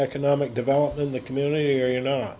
economic development in the community where you know